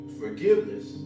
forgiveness